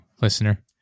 listener